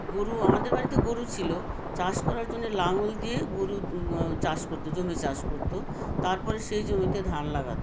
গোরু আমাদের বাড়িতে গোরু ছিলো চাষ করার জন্য লাঙল দিয়ে গোরু চাষ করতো জমি চাষ করতো তারপরে সেই জমিতে ধান লাগাতো